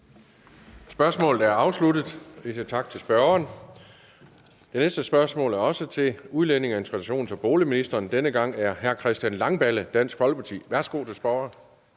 Spørgsmålet er afsluttet. Vi siger tak til spørgeren. Det næste spørgsmål er også til udlændinge-, integrations- og boligministeren. Denne gang er det af hr. Christian Langballe, Dansk Folkeparti. Kl. 16:42 Spm. nr.